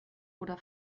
oder